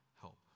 help